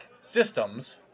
systems